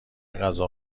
غذا